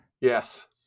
Yes